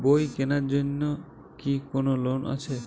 বই কেনার জন্য কি কোন লোন আছে?